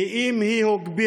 אלא היא הוגברה,